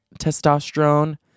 testosterone